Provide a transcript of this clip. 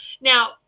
Now